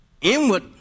inward